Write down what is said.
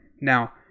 Now